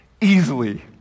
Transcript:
Easily